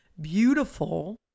beautiful